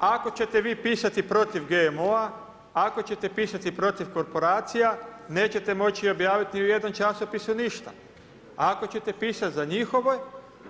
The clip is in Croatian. Ako ćete vi pisati protiv GMO-a, ako ćete pisati protiv korporacija, neće moći objaviti ni u jednom časopisu ništa, ako ćete pisati za njihove,